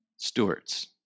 Stewards